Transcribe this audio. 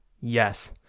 Yes